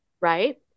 Right